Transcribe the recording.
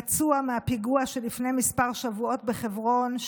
פצוע מהפיגוע של לפני כמה שבועות בחברון,